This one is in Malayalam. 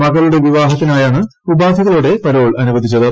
മകളുടെ വിവാഹത്തിനായാണ് ഉപാധികളോട് പരോൾ അനുവദിച്ചത്